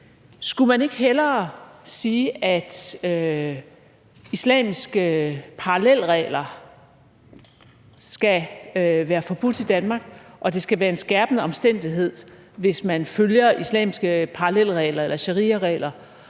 Skulle man ikke hellere sige, at islamiske parallelregler skal være forbudte i Danmark, og at det skal være en skærpende omstændighed, hvis man følger islamiske parallelregler eller shariaregler